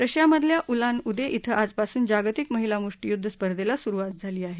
रशियामधल्या Ulan Ude इं आजपासून जागतिक महिला मुष्टीयुद्ध स्पर्धेला सुरुवात होत आहे